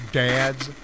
dad's